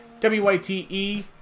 W-Y-T-E